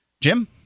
Jim